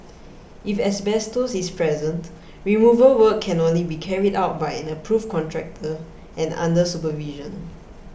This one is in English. if asbestos is present removal work can only be carried out by an approved contractor and under supervision